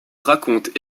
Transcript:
raconte